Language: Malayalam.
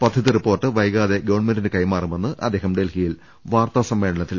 പദ്ധതി റിപ്പോർട്ട് വൈകാതെ ഗവൺമെന്റിന് കൈമാറുമെന്ന് അദ്ദേഹം ഡൽഹിയിൽ വാർത്താ സമ്മേളനത്തിൽ പറഞ്ഞു